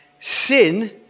sin